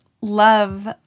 love